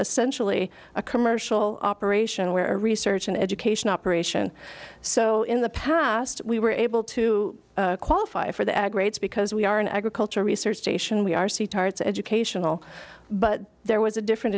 essentially a commercial operation where research and education operation so in the past we were able to qualify for the ag rates because we are an agricultural research station we are see targets educational but there was a different